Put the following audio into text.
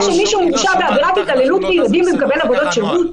מקרה של מי שהורשע בעבירת התעללות בילדים ומקבל עבודות שירות?